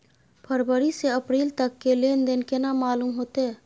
फरवरी से अप्रैल तक के लेन देन केना मालूम होते?